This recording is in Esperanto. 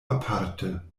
aparte